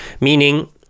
meaning